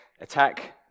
attack